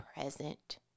present